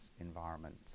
environment